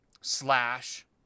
slash